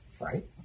right